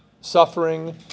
suffering